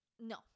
No